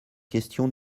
questions